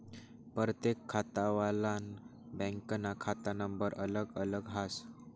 परतेक खातावालानं बँकनं खाता नंबर अलग अलग हास